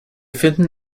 finden